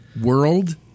World